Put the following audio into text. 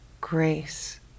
grace